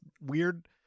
weird